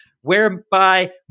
Whereby